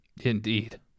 Indeed